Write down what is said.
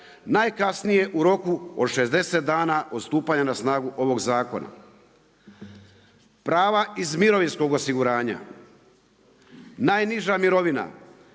najkasnije u roku od 60 dana od stupanja na snagu ovog zakona. Prva iz mirovinskog osiguranja, najniža mirovina